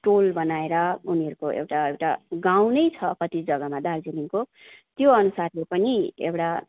टोल बनाएर उनीहरूको एउटा एउटा गाउँ नै छ कति जग्गामा दार्जिलिङको त्यो अनुसारले पनि एउटा